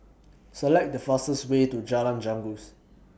Select The fastest Way to Jalan Janggus